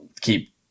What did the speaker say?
keep